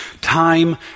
Time